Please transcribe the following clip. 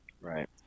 Right